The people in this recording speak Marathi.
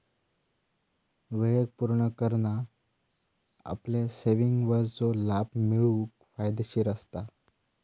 वेळेक पुर्ण करना आपल्या सेविंगवरचो लाभ मिळवूक फायदेशीर असता